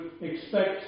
expect